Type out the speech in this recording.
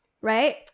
right